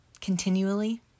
continually